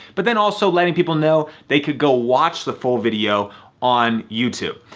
but then also letting people know they could go watch the full video on youtube.